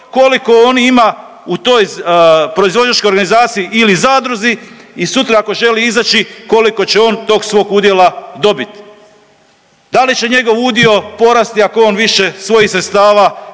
koliko on ima u toj proizvođačkoj organizaciji ili zadruzi i sutra ako želi izaći koliko će on tog svog udjela dobiti. Da li će njegov udio porasti ako on više svojih sredstava